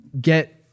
get